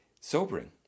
sobering